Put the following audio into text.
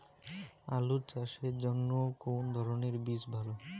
আলু চাষের জন্য কোন ধরণের বীজ ভালো?